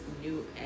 new